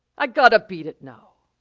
i gotta beat it now.